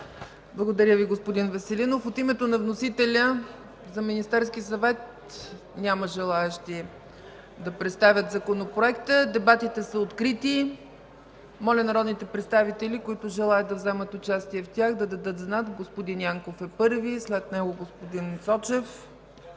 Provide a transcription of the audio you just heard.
Благодаря Ви, господин Веселинов. От името на вносителя – Министерския съвет, няма желаещи да представят Законопроекта. Дебатите са открити. Моля народните представители, които желаят да вземат участие в тях, да дадат знак. Господин Янков е първи. КРАСИМИР ЯНКОВ (БСП